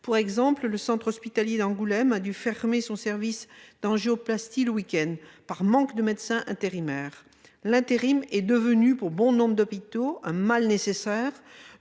pour exemple le centre hospitalier d'Angoulême, qui a dû fermer son service d'angioplastie le week-end du fait d'un manque de médecins intérimaires. L'intérim est devenu pour bon nombre d'hôpitaux un mal nécessaire,